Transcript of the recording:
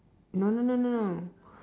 no no no no no